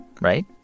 right